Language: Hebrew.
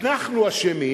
אנחנו אשמים.